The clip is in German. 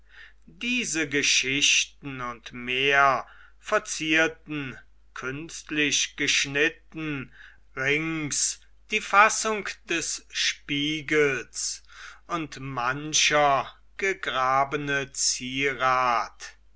diese geschichten und mehr verzierten künstlich geschnitten rings die fassung des spiegels und mancher gegrabene zierat